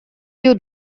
you